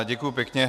Děkuju pěkně.